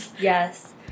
Yes